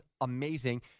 amazing